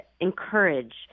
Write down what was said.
encourage